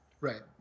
Right